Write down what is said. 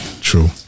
true